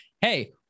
Hey